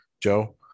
Joe